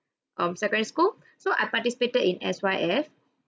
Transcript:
um secondary school so I participated in S_Y_F